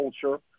culture